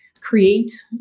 create